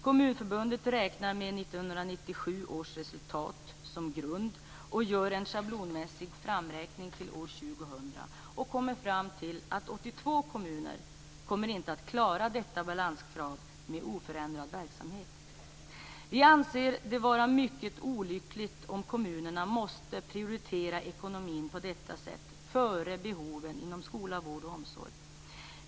Kommunförbundet räknar med 1997 års resultat som grund och gör en schablonmässig framräkning till år 2000 och kommer fram till att 82 kommuner inte kommer att klara detta balanskrav med oförändrad verksamhet. Vi anser det vara mycket olyckligt om kommunerna måste prioritera ekonomin på detta sätt före behoven inom skola, vård och omsorg.